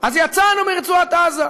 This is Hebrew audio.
אז יצאנו מרצועת עזה.